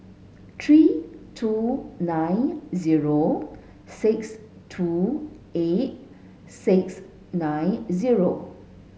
three two nine zero six two eight six nine zero